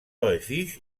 refuge